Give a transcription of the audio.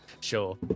Sure